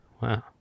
Wow